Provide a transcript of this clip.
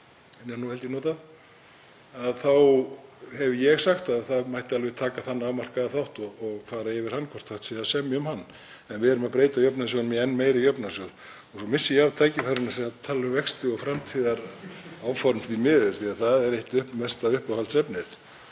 þá hef ég sagt að það mætti alveg taka þann afmarkaða þátt og skoða hvort hægt sé að semja um hann. En við erum að breyta jöfnunarsjóðnum í enn meiri jöfnunarsjóð. Nú missi ég af tækifærinu til að tala um vexti og framtíðaráform, því miður, því að það er eitt mesta uppáhaldsefnið.